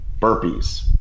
burpees